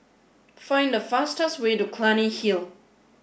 find the fastest way to Clunny Hill